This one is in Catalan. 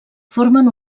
formen